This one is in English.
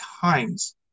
times